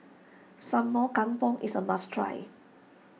Sambal Kangkong is a must try